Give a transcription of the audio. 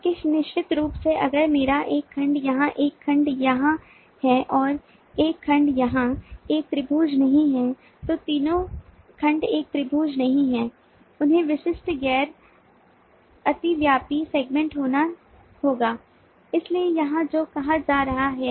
क्योंकि निश्चित रूप से अगर मेरा एक खंड यहाँ एक खंड यहाँ है और एक खंड यहाँ एक त्रिभुज नहीं है तो तीनों खण्ड एक त्रिभुज नहीं देते हैं उन्हें विशिष्ट गैर अतिव्यापी सेगमेंट होना होगा इसलिए यहाँ जो कहा जा रहा है